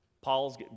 Paul's